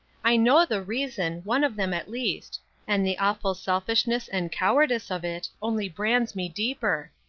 i know the reason, one of them at least and the awful selfishness and cowardice of it only brands me deeper.